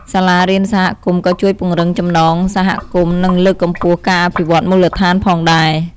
សាលារៀនសហគមន៍ក៏ជួយពង្រឹងចំណងសហគមន៍ និងលើកកម្ពស់ការអភិវឌ្ឍមូលដ្ឋានផងដែរ។